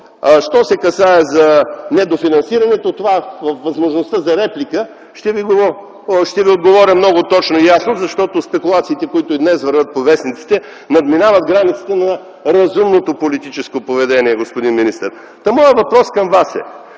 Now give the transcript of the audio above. що се отнася до нефинансирането, под възможността на реплика ще ви отговоря много точно и ясно, защото спекулациите, които и днес вървят по вестниците, надминават границите на разумното политическо поведение, господин министър. Моят въпрос към Вас е: